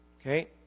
Okay